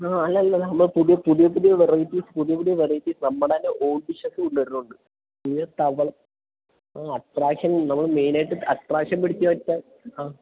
ആ അല്ലല്ല നമ്മൾ പുതിയ പുതിയ പുതിയ വെറൈറ്റീസ് പുതിയ പുതിയ വെറൈറ്റീസ് നമ്മുടെ തന്നെ ഓൺ ഡിഷസ് ഉണ്ട് ഒരെണ്ണം ഉണ്ട് പിന്നെ തവ ആ അട്രാക്ഷൻ നമ്മൾ മെയിനായിട്ട് അട്രാക്ഷൻ പിടിച്ച് പറ്റാൻ ആ